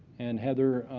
and heather